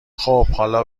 خوب، حالا